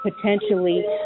potentially